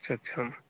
अच्छा अच्छा